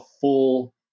full